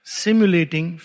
simulating